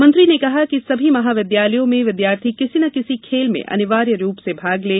मंत्री ने कहा सभी महाविद्यालयों में विद्यार्थी किसी न किसी खेल में अनिवार्य रूप से भाग लें